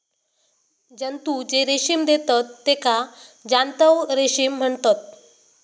जंतु जे रेशीम देतत तेका जांतव रेशीम म्हणतत